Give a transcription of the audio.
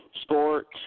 sports